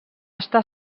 estar